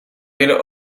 willen